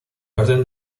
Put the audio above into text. orden